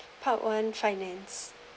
part one finance